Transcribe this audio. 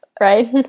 right